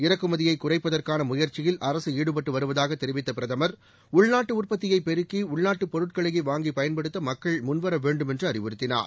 இறக்குமதியை குறைப்பதற்கான முயற்சியில் அரசு ஈடுபட்டு வருவதாக தெிவித்த பிரதமா் உள்நாட்டு உற்பத்தியை பெருக்கி உள்நாட்டு பொருட்களையே வாங்கி பயன்படுத்த மக்கள் முன்வர வேண்டுமென்று அறிவுறுத்தினார்